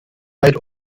weit